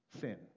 sin